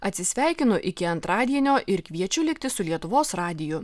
atsisveikinu iki antradienio ir kviečiu likti su lietuvos radiju